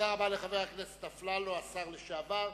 תודה רבה לחבר הכנסת אפללו, השר לשעבר.